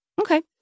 Okay